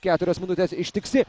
keturios minutės ištiksi